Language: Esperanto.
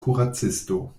kuracisto